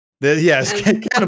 Yes